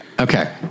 Okay